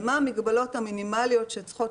הנושא הוא מה המגבלות המינימליות שצריכות